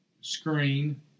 screen